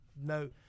no